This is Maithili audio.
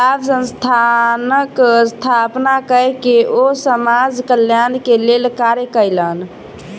गैर लाभ संस्थानक स्थापना कय के ओ समाज कल्याण के लेल कार्य कयलैन